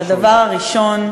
את הדבר הראשון,